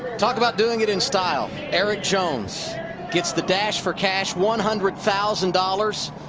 talk about doing it in style, erik jones gets the dash for cash one hundred thousand dollars,